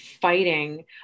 fighting